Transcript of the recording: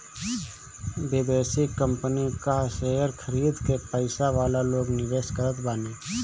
विदेशी कंपनी कअ शेयर खरीद के पईसा वाला लोग निवेश करत बाने